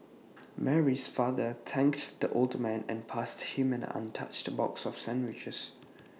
Mary's father thanked the old man and passed him an untouched box of sandwiches